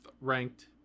ranked